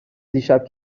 دیشب